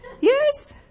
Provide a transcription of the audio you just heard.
Yes